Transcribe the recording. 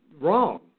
wrong